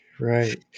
Right